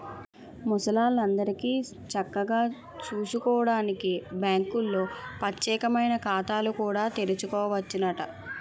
ముసలాల్లందరికీ చక్కగా సూసుకోడానికి బాంకుల్లో పచ్చేకమైన ఖాతాలు కూడా తెరవచ్చునట